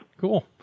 Cool